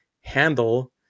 handle